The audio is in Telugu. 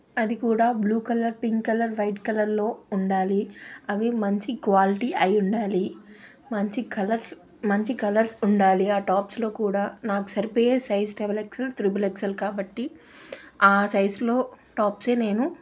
అది కూడా blue colour pink colour white కలర్లో ఉండాలి అవి మంచి క్వాలిటీ అయి ఉండాలి మంచి కలర్స్ మంచి కలర్స్ ఉండాలి ఆ టాప్స్లో కూడా నాకు సరిపోయే size double XL triple XL కాబట్టి ఆ సైజ్లో టాప్సే నేను